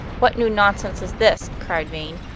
what new nonsense is this? cried vane.